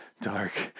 Dark